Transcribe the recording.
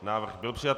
Návrh byl přijat.